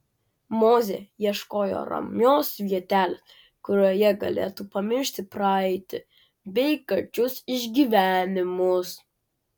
mozė ieškojo ramios vietelės kurioje galėtų pamiršti praeitį bei karčius išgyvenimus